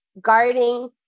guarding